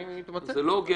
זה לא הוגן.